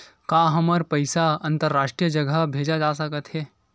का हमर पईसा अंतरराष्ट्रीय जगह भेजा सकत हे?